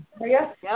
Yes